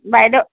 বাইদেউ